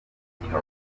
akabaza